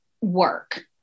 work